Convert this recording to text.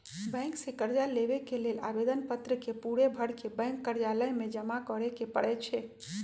bank से कर्जा लेबे के लेल आवेदन पत्र के पूरे भरके बैंक कर्जालय में जमा करे के परै छै